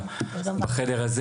הדיבור.